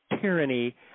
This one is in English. tyranny